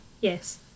Yes